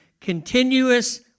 continuous